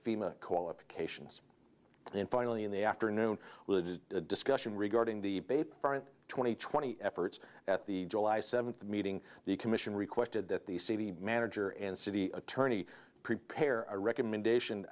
qualifications and finally in the afternoon religious discussion regarding the beit front twenty twenty efforts at the july seventh meeting the commission requested that the city manager and city attorney prepare a recommendation